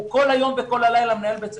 הוא כל היום וכל הלילה מנהל בית ספר.